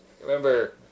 Remember